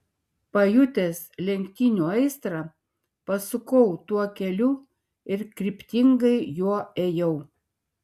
pajutęs lenktynių aistrą pasukau tuo keliu ir kryptingai juo ėjau